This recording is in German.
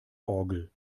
orgel